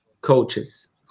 coaches